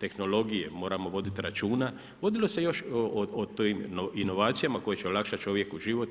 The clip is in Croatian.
tehnologije, moramo voditi računa, vodilo se još o toj inovacijama, koji će olakšati čovjeku život.